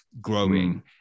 growing